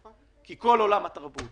כי הרי כל עולם התרבות